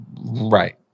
right